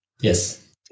Yes